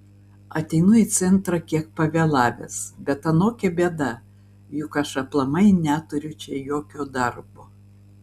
ateinu į centrą kiek pavėlavęs bet anokia bėda juk aš aplamai neturiu čia jokio darbo